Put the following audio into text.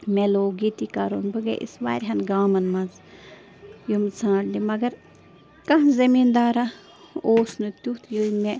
مےٚ لوگ ییٚتی کَرُن بہٕ گٔیَس واریاہَن گامَن منٛز یِم ژھانٛڈنہِ مگر کانٛہہ زمیٖندارہ اوس نہٕ تیُتھ ییٚمۍ مےٚ